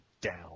down